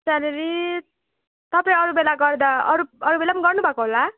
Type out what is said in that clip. salary तपाईँ अरू बेला गर्दा अरू अरू बेला पनि गर्नुभएको होला